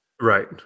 Right